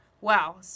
Wow